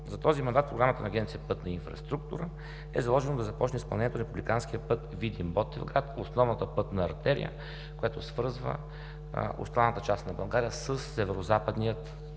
За този мандат в програмата на Агенция „Пътна инфраструктура“ е заложено да започне изпълнението на републиканския път Видин – Ботевград по основната пътна артерия, която свързва останалата част на България с тези